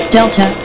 Delta